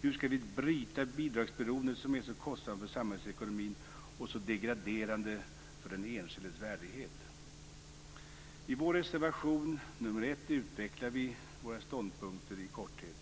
Hur skall vi bryta bidragsberoendet, som så kostsamt för samhällsekonomin och så degraderande för den enskildes värdighet? I vår reservation 1 utvecklar vi våra ståndpunkter i korthet.